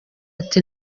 ati